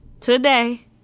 today